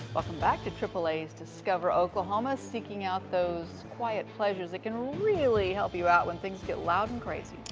welcome back to triple a's discover oklahoma. seeking out those quiet pleasures that can really help you out when things get loud and crazy.